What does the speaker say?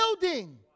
building